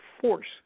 force